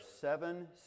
seven